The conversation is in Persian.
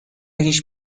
هیچ